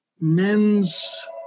men's